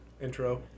intro